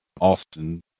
Austin